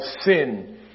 Sin